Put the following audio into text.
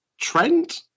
Trent